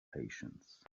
patience